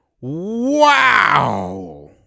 wow